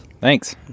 Thanks